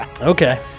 Okay